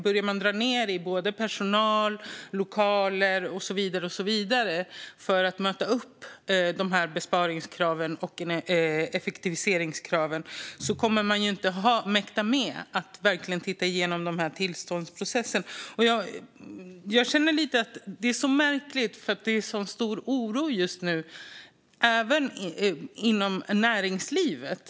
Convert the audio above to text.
Börjar man dra ned på personal, lokaler och så vidare för att möta dessa besparingskrav och effektiviseringskrav kommer man inte att mäkta med att verkligen titta igenom dessa tillståndsprocesser. Jag känner att det är så märkligt eftersom det är en så stor oro just nu, även inom näringslivet.